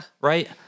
Right